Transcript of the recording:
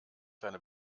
seine